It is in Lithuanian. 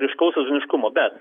ryškaus sezoniškumo bet